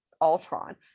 Ultron